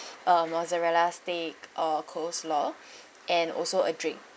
uh mozzarella stick or coleslaw and also a drink